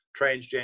transgender